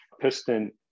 Piston